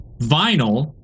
vinyl